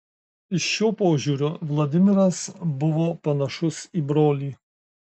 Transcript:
šiuo požiūriu vladimiras buvo panašus į brolį